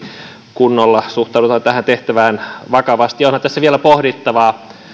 kunnolla suhtaudumme tähän tehtävään vakavasti ja onhan tässä vielä pohdittavaa